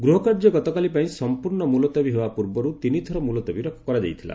ଗୃହକାର୍ଯ୍ୟ ଗତକାଲି ପାଇଁ ସମ୍ପର୍ଣ୍ଣ ମୁଲତବୀ ହେବା ପୂର୍ବରୁ ତିନିଥର ମୁଲତବୀ କରାଯାଇଥିଲା